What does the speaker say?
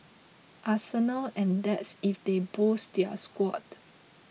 arsenal and that's if they boost their squad